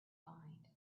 find